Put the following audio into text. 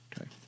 Okay